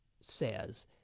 says